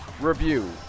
review